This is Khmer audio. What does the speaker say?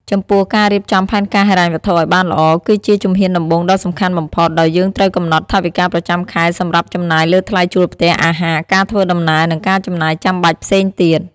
ចំពោះ ការរៀបចំផែនការហិរញ្ញវត្ថុឲ្យបានល្អ គឺជាជំហានដំបូងដ៏សំខាន់បំផុត ដោយយើងត្រូវកំណត់ថវិកាប្រចាំខែសម្រាប់ចំណាយលើថ្លៃជួលផ្ទះ អាហារ ការធ្វើដំណើរ និងការចំណាយចាំបាច់ផ្សេងទៀត។